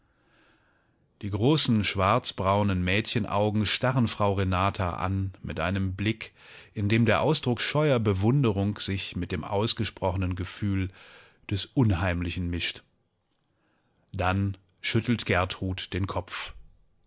die großen schwarzbraunen mädchenaugen starren frau renata an mit einem blick in dem der ausdruck scheuer bewunderung sich mit dem ausgesprochenen gefühl des unheimlichen mischt dann schüttelt gertrud den kopf